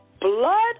Blood